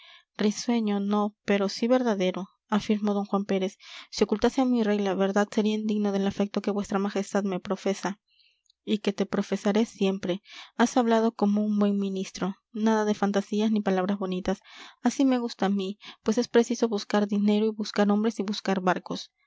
risueño no pero sí verdadero afirmó d juan pérez si ocultase a mi rey la verdad sería indigno del afecto que vuestra majestad me profesa y que te profesaré siempre has hablado como un buen ministro nada de fantasías ni palabras bonitas así me gusta a mí pues es preciso buscar dinero y buscar hombres y buscar barcos